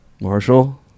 Marshall